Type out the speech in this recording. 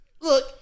Look